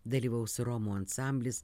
dalyvaus romų ansamblis